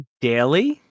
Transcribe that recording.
daily